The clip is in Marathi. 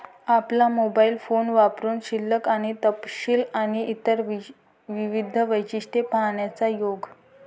आपला मोबाइल फोन वापरुन शिल्लक आणि तपशील आणि इतर विविध वैशिष्ट्ये पाहण्याचा योग